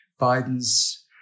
Biden's